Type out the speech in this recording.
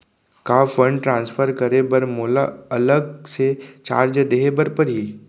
का fund transfer करे बर मोला अलग से चार्ज देहे बर परही?